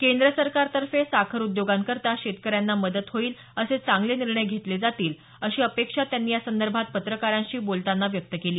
केंद्र सरकारतर्फे साखर उद्योगांकरता शेतकऱ्यांना मदत होईल असे चांगले निर्णय घेतले जातील अशी अपेक्षा त्यांनी या संदर्भात पत्रकारांशी बोलताना व्यक्त केली